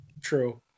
True